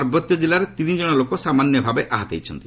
ପାର୍ବତ୍ୟ ଜିଲ୍ଲାରେ ତିନି ଜଣ ଲୋକ ସାମାନ୍ୟ ଭାବେ ଆହତ ହୋଇଛନ୍ତି